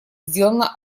сделано